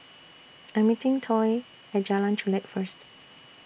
I'm meeting Toy At Jalan Chulek First